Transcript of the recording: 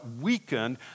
Weakened